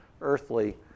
earthly